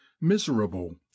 miserable